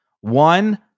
one